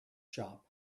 shop